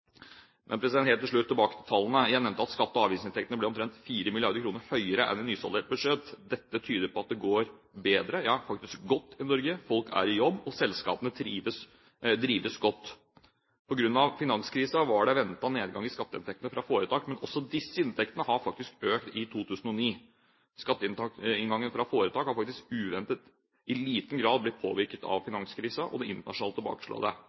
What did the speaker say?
Men helt til slutt, tilbake til tallene. Jeg nevnte at skatte- og avgiftsinntektene ble omtrent 4 mrd. kr høyere enn i nysaldert budsjett. Dette tyder på at det går bedre – ja, faktisk godt – i Norge. Folk er i jobb, og selskapene drives godt. På grunn av finanskrisen var det ventet nedgang i skatteinntektene fra foretak, men også disse inntektene har økt i 2009. Skatteinngangen fra foretak har faktisk i uventet liten grad blitt påvirket av finanskrisen og det internasjonale tilbakeslaget. Det er bra for fellesskapets og statens inntekter, og det er